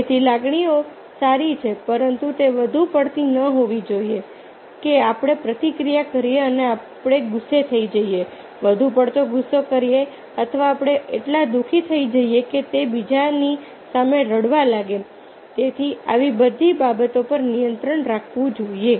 તેથી લાગણીઓ સારી છે પરંતુ તે વધુ પડતી ન હોવી જોઈએ કે આપણે પ્રતિક્રિયા કરીએ અને આપણે ગુસ્સે થઈ જઈએ વધુ પડતો ગુસ્સો કરીએ અથવા આપણે એટલા દુઃખી થઈ જઈએ કે તે બીજાની સામે રડવા લાગે તેથી આવી બધી બાબતો પર નિયંત્રણ રાખવું જોઈએ